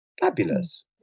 fabulous